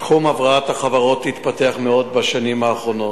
תחום הבראת החברות התפתח מאוד בשנים האחרונות,